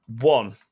One